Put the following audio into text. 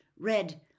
red